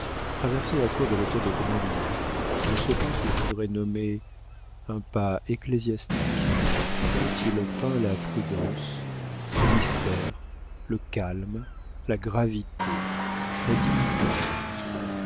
traversait la cour de l'hôtel de grandlieu de ce pas qu'il faudrait nommer un pas ecclésiastique tant il peint la prudence le mystère le calme la gravité la dignité même